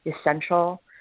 essential